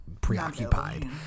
preoccupied